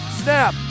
snap